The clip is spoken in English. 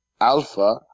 Alpha